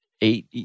eight